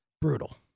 Brutal